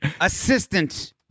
assistant